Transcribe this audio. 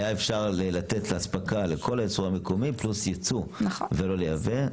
היה אפשר לתת אספקה לכל הייצור המקומי פלוס ייצוא ולא לייבא,